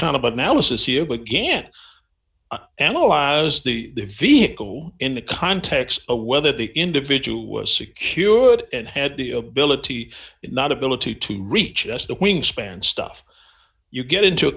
kind of analysis you began analyze the vehicle in the context of whether the individual was secured and had the ability not ability to reach us the wingspan stuff you get into a